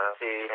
see